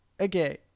okay